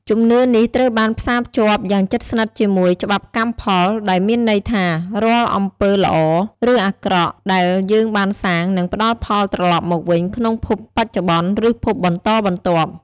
ជំនឿនេះត្រូវបានផ្សារភ្ជាប់យ៉ាងជិតស្និទ្ធជាមួយ ច្បាប់កម្មផល ដែលមានន័យថា រាល់អំពើល្អ ឬអាក្រក់ដែលយើងបានសាង នឹងផ្ដល់ផលត្រឡប់មកវិញក្នុងភពបច្ចុប្បន្ន ឬភពបន្តបន្ទាប់។